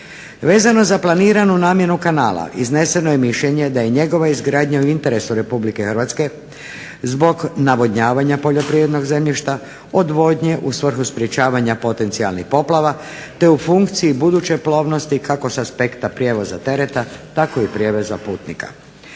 Vezano za planiranu namjenu kanala izneseno je mišljenje da je njegova izgradnja u interesu Republike Hrvatske zbog navodnjavanja poljoprivrednog zemljišta, odvodnje u svrhu sprječavanja potencijalnih poplava te u funkciji buduće plovnosti kako sa aspekta prijevoza tereta, tako i prijevoza putnika.